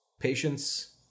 patience